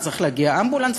צריך להגיע אמבולנס,